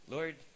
Lord